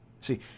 See